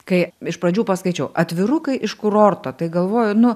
kai iš pradžių paskaičiau atvirukai iš kurorto tai galvoju nu